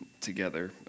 together